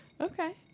Okay